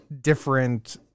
different